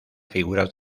figuras